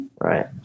Right